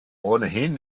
ohnehin